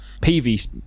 PV